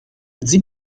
nicht